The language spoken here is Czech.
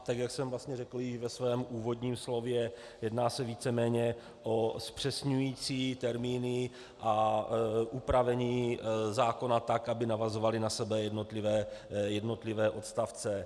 Tak jak jsem vlastně řekl již ve svém úvodním slově, jedná se víceméně o zpřesňující termíny a upravení zákona tak, aby navazovaly na sebe jednotlivé odstavce.